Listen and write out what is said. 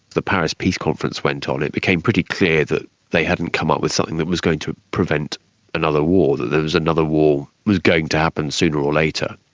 the paris peace conference went on, it became pretty clear that they hadn't come up with something that was going to prevent another war, that that another war was going to happen sooner or later.